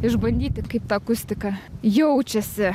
išbandyti kaip ta akustika jaučiasi